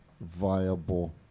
viable